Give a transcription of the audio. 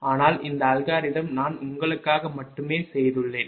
ஆனால் இந்த அல்காரிதம் நான் உங்களுக்காக மட்டுமே செய்துள்ளேன்